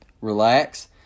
relax